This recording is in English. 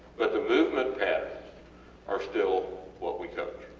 but the movement patterns are still what we coach,